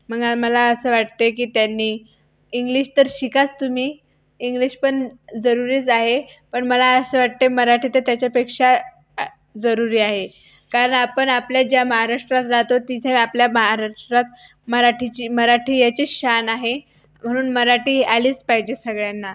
मग मला असं वाटतंय की त्यांनी इंग्लिश तर शिकाच तुम्ही इंग्लिश पण जरुरीच आहे पण मला असं वाटतंय मराठी तर त्याच्यापेक्षा जरुरी आहे कारण आपण आपल्या ज्या महाराष्ट्रात राहतो तिथे आपल्या महाराष्ट्रात मराठीची मराठी याची शान आहे म्हणून मराठी आलीच पाहिजे सगळ्यांना